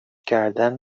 کردن